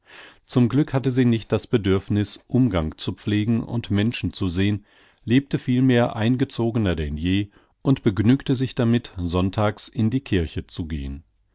zum glück hatte sie nicht das bedürfniß umgang zu pflegen und menschen zu sehn lebte vielmehr eingezogener denn je und begnügte sich damit sonntags in die kirche zu gehn